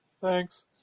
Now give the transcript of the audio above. Thanks